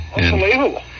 unbelievable